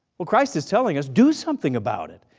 well christ is telling us do something about it,